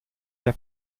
der